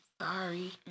Sorry